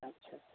अच्छा